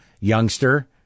youngster